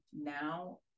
now